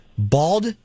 Bald